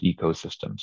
ecosystems